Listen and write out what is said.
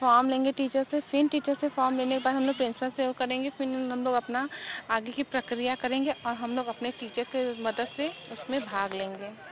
form लेंगे teacher से फिर टीचर से फार्म लेने पर हम प्रिंसिपल से वो करेंगे फिर हम लोग अपना आगे की प्रक्रिया करेंगे और हम लोग अपने टीचर के मदद से उसमें भाग लेंगे